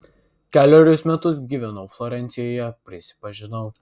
kelerius metus gyvenau florencijoje prisipažinau